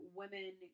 women